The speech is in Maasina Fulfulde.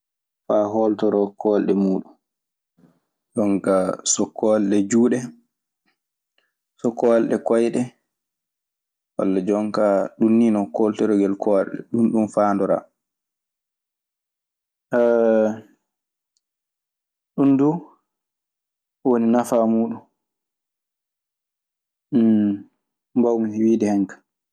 Faa holtoroo kolɗe muuɗum. Jon kaa so koolɗe juuɗe. So koolɗe koyɗe walaa jon kaa ɗun nii non kooltorogel koorɗe. Ɗun ɗun faandoraa. Ɗun duu woni nafaa muuɗun mbawmi wiide hen ka.